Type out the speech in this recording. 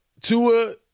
Tua